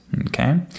okay